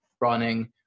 running